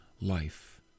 life